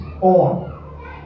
on